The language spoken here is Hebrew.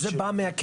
זה בא מהקרן?